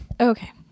Okay